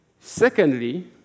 Secondly